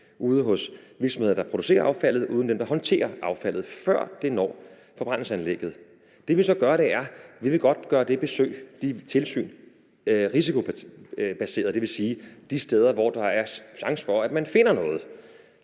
gælder virksomheder, der producerer affaldet, og dem, der håndterer affaldet, før det når forbrændingsanlægget. Det, vi så godt vil sørge for, er at gøre de tilsyn risikobaserede. Det vil sige, at det handler om de steder, hvor der er chance for at man finder noget.